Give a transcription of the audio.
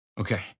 Okay